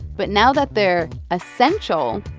but now that they're essential,